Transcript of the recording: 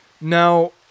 Now